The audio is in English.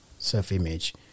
self-image